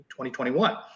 2021